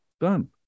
Done